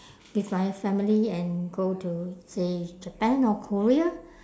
with my family and go to say japan or korea